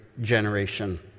generation